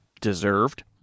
deserved